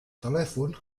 telèfon